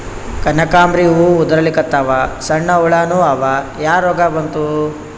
ಕನಕಾಂಬ್ರಿ ಹೂ ಉದ್ರಲಿಕತ್ತಾವ, ಸಣ್ಣ ಹುಳಾನೂ ಅವಾ, ಯಾ ರೋಗಾ ಬಂತು?